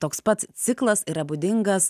toks pats ciklas yra būdingas